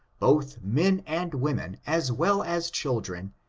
both men and women, as well as children,